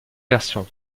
versions